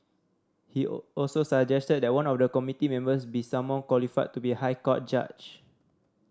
he also suggested that one of the committee members be someone qualified to be a High Court judge